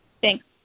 Thanks